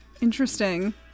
interesting